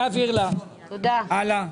הלאה.